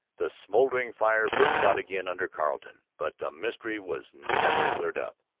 the smouldering fire burst out again under carleton. but the mystery was never cleared up.